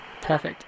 Perfect